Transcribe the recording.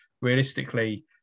realistically